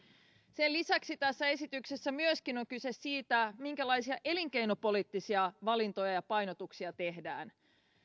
sen lisäksi tässä esityksessä myöskin on kyse siitä minkälaisia elinkeinopoliittisia valintoja ja painotuksia tehdään